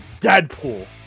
Deadpool